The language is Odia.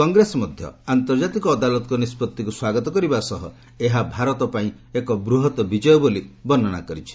କଂଗ୍ରେସ ମଧ୍ୟ ଆନ୍ତର୍ଜାତିକ ଅଦାଲତଙ୍କ ନିଷ୍ପଭିକୁ ସ୍ୱାଗତ କରିବା ସହ ଏହା ଭାରତ ପାଇଁ ଏକ ବୃହତ ବିଜୟ ବୋଲି ବର୍ଣ୍ଣନା କରିଛି